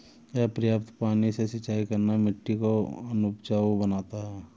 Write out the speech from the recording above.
अपर्याप्त पानी से सिंचाई करना मिट्टी को अनउपजाऊ बनाता है